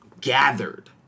gathered